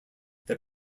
that